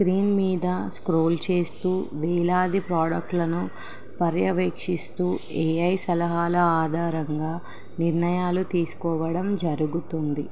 screen మీద scroll చేస్తూ వేలాది ప్రోడక్షన్లను పర్యవేక్షిస్తూ ఏఐ సలహాల ఆధారంగా నిర్ణయాలు తీసుకోవడం జరుగుతుంది